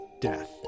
Death